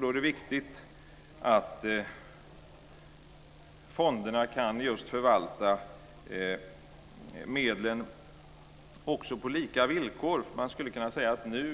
Då är det viktigt att fonderna kan förvalta medlen på lika villkor.